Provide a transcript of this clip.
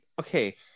Okay